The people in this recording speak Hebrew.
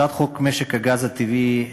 הצעת חוק משק הגז הטבעי,